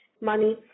money